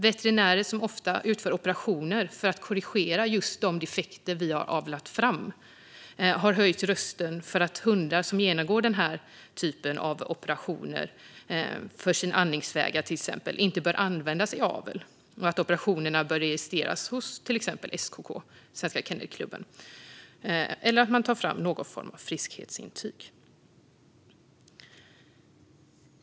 Veterinärer som ofta utför operationer för att korrigera just de defekter vi har avlat fram har höjt rösten för att hundar som genomgår den här typen av operationer, till exempel för sina andningsvägar, inte bör användas i avel och att operationerna bör registreras hos till exempel SKK, Svenska Kennelklubben. Det kan också handla om att ta fram någon form av friskhetsintyg.